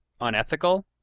unethical